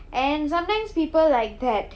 and sometimes people like that